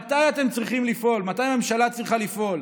מתי אתם צריכים לפעול, מתי הממשלה צריכה לפעול,